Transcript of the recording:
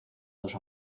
dos